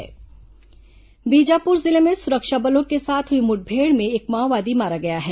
मुठमेड़ आत्मसमर्पण बीजापुर जिले में सुरक्षा बलों के साथ हुई मुठभेड़ में एक माओवादी मारा गया है